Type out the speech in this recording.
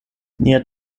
nia